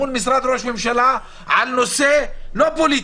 מול משרד ראש הממשלה, על נושא לא פוליטי,